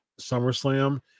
SummerSlam